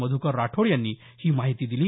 मध्कर राठोड यांनी ही माहिती दिली